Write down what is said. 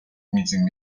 meeting